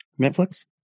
netflix